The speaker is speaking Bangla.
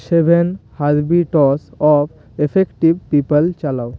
seven habits of effective people চালাও